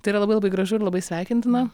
tai yra labai labai gražu ir labai sveikintina